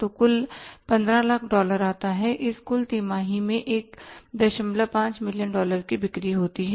तो कुल 1500000 डॉलर आता है इस कुल तिमाही में 15 मिलियन डॉलर की बिक्री होती है